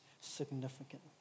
significant